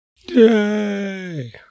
Yay